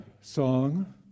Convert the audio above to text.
song